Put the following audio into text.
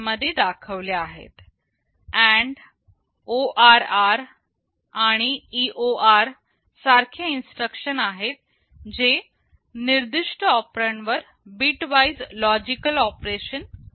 AND ORR आणि EOR सारखे instruction आहेत जे निर्दिष्ट ऑपरेंड वर बिटवाईज लॉजिकल ऑपरेशन करतात